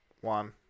One